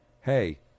hey